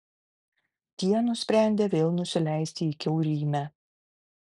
tie nusprendė vėl nusileisti į kiaurymę